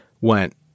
went